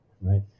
right